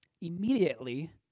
immediately